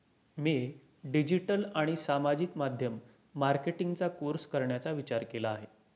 मी digital आणि सामाजिक माध्यम मार्केटिंगचा कोर्स करण्याचा विचार केला आहे